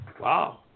Wow